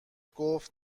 گفت